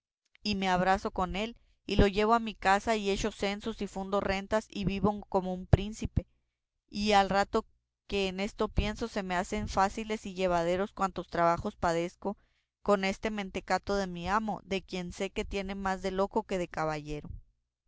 y me abrazo con él y lo llevo a mi casa y echo censos y fundo rentas y vivo como un príncipe y el rato que en esto pienso se me hacen fáciles y llevaderos cuantos trabajos padezco con este mentecato de mi amo de quien sé que tiene más de loco que de caballero